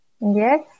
Yes